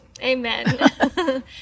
Amen